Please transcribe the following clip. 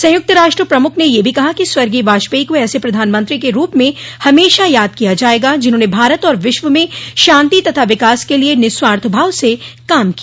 संयुक्त राष्ट्र प्रमुख ने यह भी कहा कि स्वर्गीय वाजपेई को ऐसे प्रधानमंत्री के रूप में हमेशा याद किया जायेगा जिन्होंने भारत और विश्व में शांति तथा विकास के लिए निःस्वार्थ भाव से काम किया